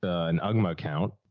an ugma account,